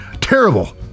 Terrible